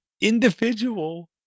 individual